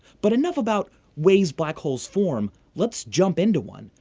but enough about ways black holes form, let's jump into one.